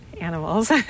Animals